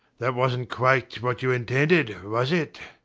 that wasnt quite what you intended, was it?